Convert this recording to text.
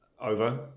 Over